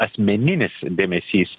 asmeninis dėmesys